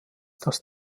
dass